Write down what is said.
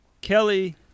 Kelly